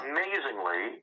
Amazingly